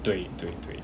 对对对